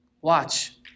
Watch